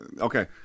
Okay